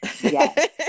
Yes